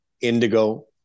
Indigo